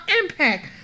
Impact